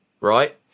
right